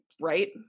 right